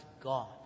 God